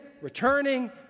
returning